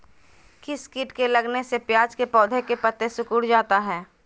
किस किट के लगने से प्याज के पौधे के पत्ते सिकुड़ जाता है?